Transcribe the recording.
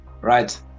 right